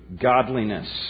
godliness